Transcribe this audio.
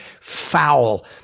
foul